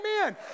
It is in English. Amen